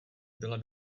byla